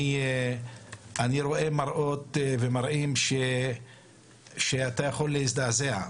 אני רואה מראות ומראים שאתה יכול להזדעזע.